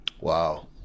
Wow